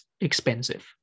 expensive